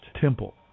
temple